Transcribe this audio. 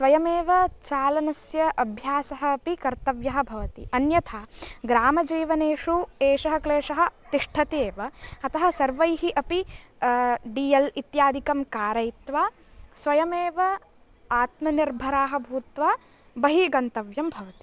स्वयमेव चालनस्य अभ्यासः अपि कर्तव्यः भवति अन्यथा ग्रामजीवनेषु एषः क्लेशः तिष्ठति एव अतः सर्वैः अपि डि एल् इत्यादिकं कारयित्वा स्वयमेव आत्मनिर्भराः भूत्वा बहिर्गन्तव्यं भवति